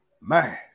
man